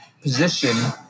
position